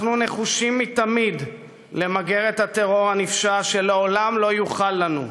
אנחנו נחושים מתמיד למגר את הטרור הנפשע שלעולם לא יוכל לנו,